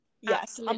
yes